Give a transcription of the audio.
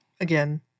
Again